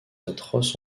atroce